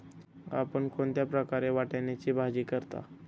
आपण कोणत्या प्रकारे वाटाण्याची भाजी करता?